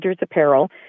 apparel